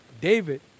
David